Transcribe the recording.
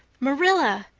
marilla,